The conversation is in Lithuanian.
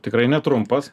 tikrai netrumpas